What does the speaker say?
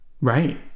right